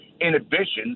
inhibitions